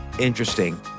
interesting